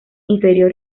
inferior